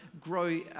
grow